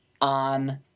on